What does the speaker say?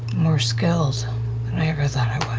more skilled than i ever thought i would. i